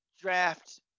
draft